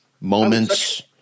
moments